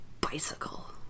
Bicycle